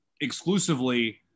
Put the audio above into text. exclusively